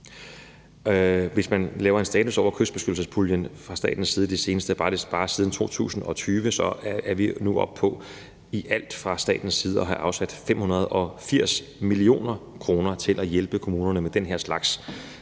Hvis man laver en status over kystbeskyttelsespuljen fra statens side de seneste år, bare siden 2020, er vi nu oppe på i alt fra statens side at have afsat 580 mio. kr. til at hjælpe kommunerne med den her slags